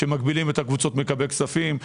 שמגבילים את הקבוצות מקבלות הכספים.